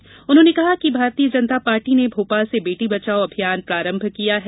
श्री चौहान ने कहा कि भारतीय जनता पार्टी ने भोपाल से बेटी बचाओ अभियान प्रारंभ किया है